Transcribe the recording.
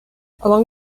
along